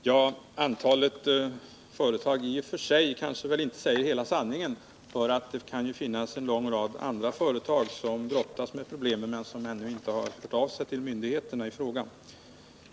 Herr talman! Vilket antal företag som sökt dispens kanske i och för sig inte bevisar något, eftersom det ju kan finnas en lång rad andra företag som också brottas med problemen men som ännu inte låtit höra av sig till myndigheterna i frågan.